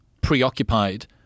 preoccupied